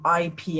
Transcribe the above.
IP